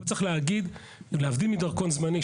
להבדיל מדרכון זמני,